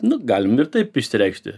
nu galim ir taip išsireikšti